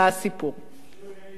ביקשו ממני תשובה גלויה,